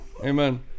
Amen